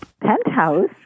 Penthouse